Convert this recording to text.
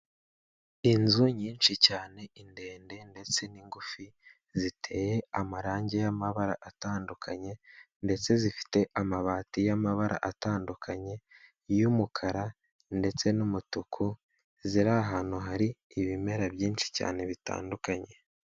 Inzu nyinshi cyane ndende ndetse n'ingufi ziteye amarangi y'amabara atandukanye ndetse zifite amabati y'amabara atandukanye y'umukara ndetse n'umutuku ziri ahantu hari ibimera byinshi cyane bitandukanye.